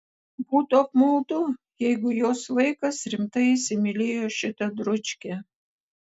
būtų apmaudu jeigu jos vaikas rimtai įsimylėjo šitą dručkę